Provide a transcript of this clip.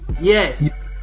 Yes